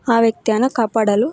ಆ ವ್ಯಕ್ತಿಯನ್ನ ಕಾಪಾಡಲು